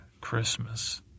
Christmas